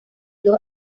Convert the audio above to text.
dos